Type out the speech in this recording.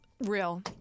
Real